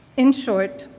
in short,